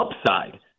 upside